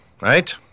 right